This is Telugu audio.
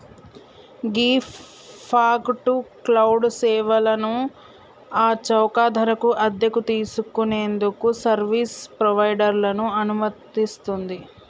గీ ఫాగ్ టు క్లౌడ్ సేవలను ఆ చౌక ధరకు అద్దెకు తీసుకు నేందుకు సర్వీస్ ప్రొవైడర్లను అనుమతిస్తుంది